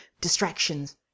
distractions